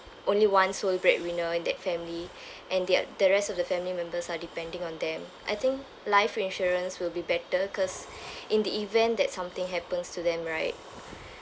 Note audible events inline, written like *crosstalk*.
only one sole breadwinner in that family *breath* and they're the rest of the family members are depending on them I think life insurance will be better cause *breath* in the event that something happens to them right *breath*